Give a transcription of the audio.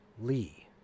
Lee